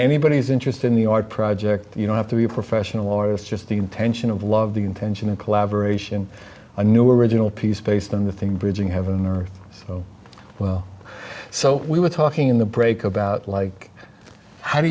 anybody's interest in the art project you know have to be a professional or it's just the intention of love the intention of collaboration a new original piece based on the thing bridging heaven and earth as well so we were talking in the break about like how do